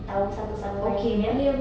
tahu satu sama lain ya